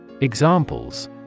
Examples